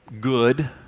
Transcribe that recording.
good